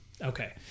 Okay